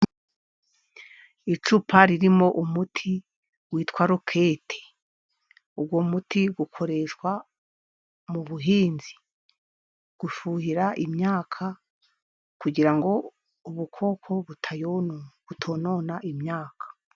Icupa ririmo umuti witwa rokete. Uwo muti bukoreshwa mu buhinzi, ufuhira imyaka kugira ngo ubukoko butayonona, butonona imyaka.